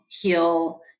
heal